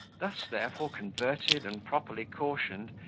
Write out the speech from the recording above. thus, therefore, converted and properly cautioned,